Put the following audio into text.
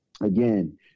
again